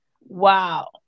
Wow